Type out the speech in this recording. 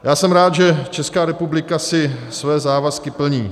Já jsem rád, že Česká republika své závazky plní.